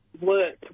work